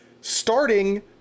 starting